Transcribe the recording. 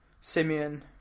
Simeon